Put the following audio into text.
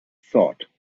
thought